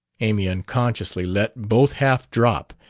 amy unconsciously let both half-drop,